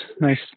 Nice